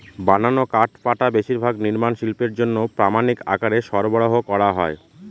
বানানো কাঠপাটা বেশিরভাগ নির্মাণ শিল্পের জন্য প্রামানিক আকারে সরবরাহ করা হয়